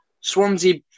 Swansea